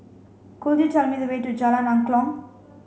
could you tell me the way to Jalan Angklong